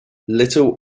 little